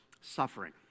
suffering